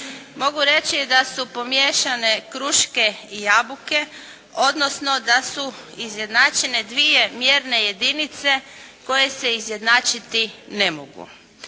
Mogu reći da su pomiješane kruške i jabuke, odnosno da su izjednačene dvije mjerne jedinice koje se izjednačiti ne mogu.